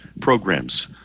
programs